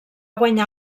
guanyar